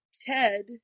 Ted